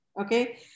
okay